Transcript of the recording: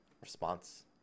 response